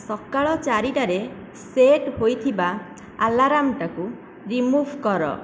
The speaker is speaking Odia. ସକାଳ ଚାରିଟାରେ ସେଟ୍ ହୋଇଥିବା ଆଲାର୍ମ୍ଟାକୁ ରିମୁଭ୍ କର